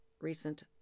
recent